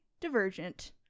Divergent